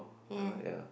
ya